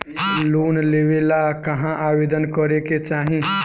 Loan लेवे ला कहाँ आवेदन करे के चाही?